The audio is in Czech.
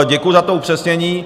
Děkuji za to upřesnění.